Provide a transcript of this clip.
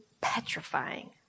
petrifying